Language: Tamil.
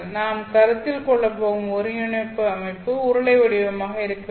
நாம் கருத்தில் கொள்ளப் போகும் ஒருங்கிணைப்பு அமைப்பு உருளை வடிவமாக இருக்க வேண்டும்